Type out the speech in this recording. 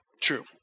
true